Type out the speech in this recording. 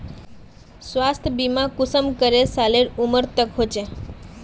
स्वास्थ्य बीमा कुंसम करे सालेर उमर तक होचए?